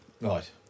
Right